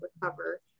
recover